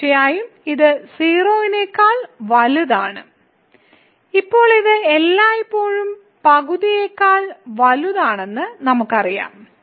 തീർച്ചയായും ഇത് 0 നേക്കാൾ വലുതാണ് ഇപ്പോൾ ഇത് എല്ലായ്പ്പോഴും പകുതിയേക്കാൾ വലുതാണെന്ന് നമുക്കറിയാം